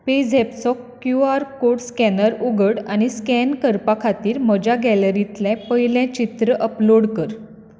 पेझॅपचो Q R code scanner उगड आनी scan करपा खातीर म्हज्या गॅलरींतलें पयलें चित्र अपलोड कर